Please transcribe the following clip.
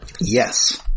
Yes